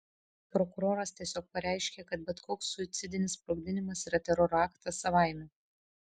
prokuroras tiesiog pareiškė kad bet koks suicidinis sprogdinimas yra teroro aktas savaime